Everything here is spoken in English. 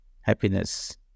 happiness